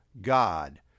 God